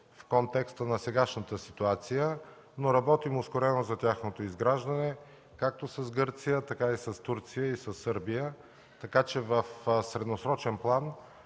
в контекста на сегашната ситуация, но работим ускорено за тяхното изграждане – както с Гърция, така и с Турция и Сърбия, така че в средносрочен план